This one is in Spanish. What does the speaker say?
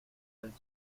del